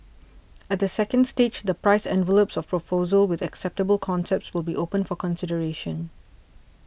at the second stage the price envelopes of proposals with acceptable concepts will be opened for consideration